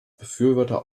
befürworter